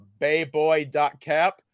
bayboy.cap